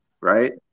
right